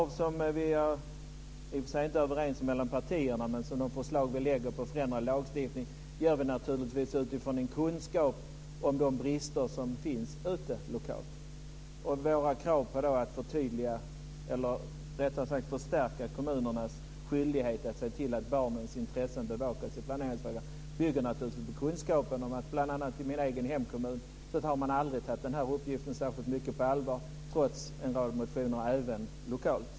I och för sig är vi inte överens mellan partierna, men de förslag som vi lägger fram för att förändra lagstiftningen lägger vi naturligtvis fram utifrån den kunskap om de brister som finns ute lokalt. Våra krav på att förstärka kommunernas skyldighet att se till att barnens intresse bevakas i planeringsfrågan bygger naturligtvis på kunskapen om att man bl.a. i min egen hemkommun aldrig har tagit denna uppgift på särskilt mycket allvar, trots en rad motioner även lokalt.